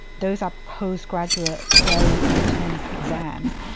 those are postgraduate very intense exams.